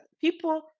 People